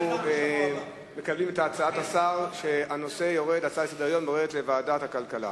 אנחנו מקבלים את הצעת השר שההצעות לסדר-היום יורדות לוועדת הכלכלה.